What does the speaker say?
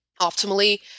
optimally